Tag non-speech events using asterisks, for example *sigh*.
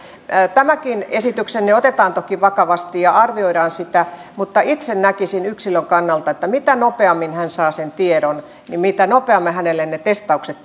tämäkin esityksenne otetaan toki vakavasti ja arvioidaan sitä mutta itse näkisin yksilön kannalta että mitä nopeammin hän saa sen tiedon mitä nopeammin hänelle ne testaukset *unintelligible*